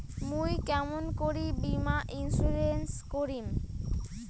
মুই কেমন করি বীমা ইন্সুরেন্স করিম?